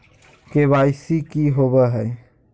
KYC की हॉबे हय?